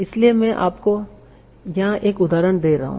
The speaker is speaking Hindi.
इसलिए मैं आपको यहां एक उदाहरण दे रहा हूं